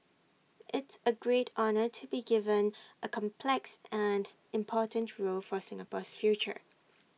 it's A great honour to be given A complex and important role for Singapore's future